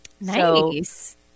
Nice